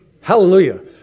hallelujah